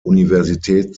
universität